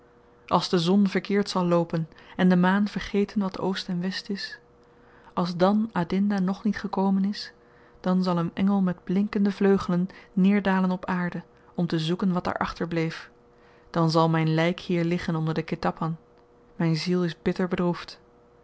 als de zon verkeerd zal loopen en de maan vergeten wat oost en west is als dàn adinda nog niet gekomen is dan zal een engel met blinkende vleugelen neerdalen op aarde om te zoeken wat daar achterbleef dan zal myn lyk hier liggen onder den ketapan myn ziel is bitter bedroefd